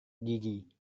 gigi